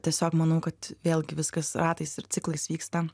tiesiog manau kad vėlgi viskas ratais ir ciklais vyksta